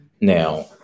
now